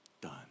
done